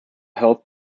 health